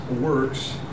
works